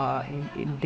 oh my my my